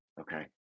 Okay